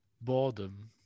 Boredom